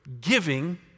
giving